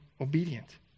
obedient